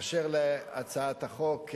אשר להצעת החוק,